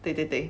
对对对